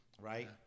right